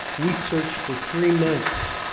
we searched for three months.